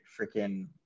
freaking